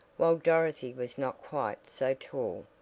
while dorothy was not quite so tall,